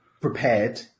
prepared